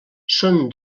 són